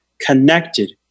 connected